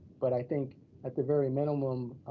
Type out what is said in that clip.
but i think at the very minimum,